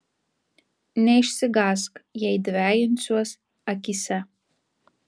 neišsigąsk jei dvejinsiuos akyse